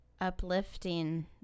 uplifting